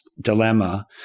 dilemma